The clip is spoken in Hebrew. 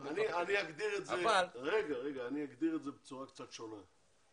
ל --- אני אגדיר את זה בצורה קצת שונה.